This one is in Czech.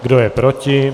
Kdo je proti?